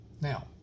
Now